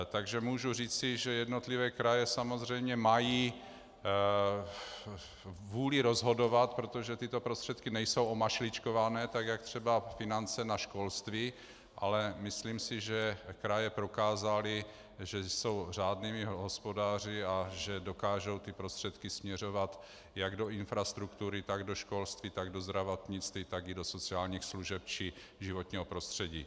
Takže můžu říci, že jednotlivé kraje samozřejmě mají vůli rozhodovat, protože tyto prostředky nejsou omašličkované jako třeba finance na školství, ale myslím si, že kraje prokázaly, že jsou řádnými hospodáři a že dokážou prostředky směřovat jak do infrastruktury, tak do školství, tak do zdravotnictví, tak i do sociálních služeb či životního prostředí.